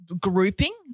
grouping